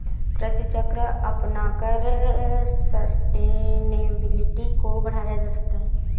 कृषि चक्र अपनाकर सस्टेनेबिलिटी को बढ़ाया जा सकता है